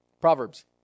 Proverbs